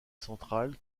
centrale